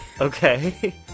Okay